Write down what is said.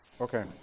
Okay